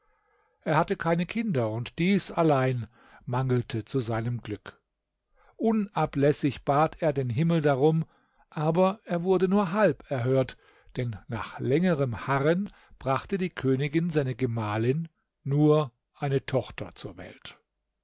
er hatte keine kinder und dies allein mangelte zu seinem glück unablässig bat er den himmel darum aber er wurde nur halb erhört denn nach langem harren brachte die königin seine gemahlin nur eine tochter zur welt